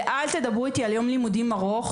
ואל תדברו איתי על יום לימודים ארוך,